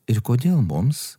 ir kodėl mums